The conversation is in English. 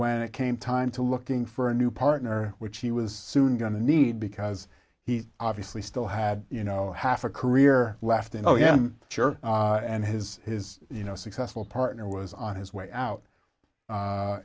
when it came time to looking for a new partner which he was soon going to need because he obviously still had you know half a career left and oh yeah sure and his his you know successful partner was on his way out